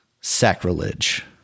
Sacrilege